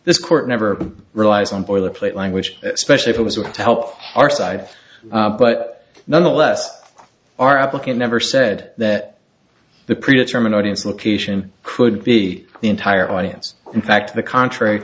this court never relies on boilerplate language especially if it was written to help our side but nonetheless our applicant never said that the pre determined audience location could be the entire audience in fact to the contrary